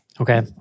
okay